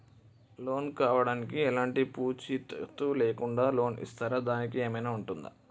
Loan కావడానికి ఎలాంటి పూచీకత్తు లేకుండా లోన్ ఇస్తారా దానికి ఏమైనా ఉంటుందా?